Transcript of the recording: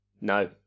no